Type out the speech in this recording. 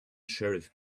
sheriff